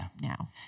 now